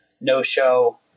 no-show